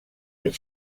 but